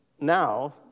now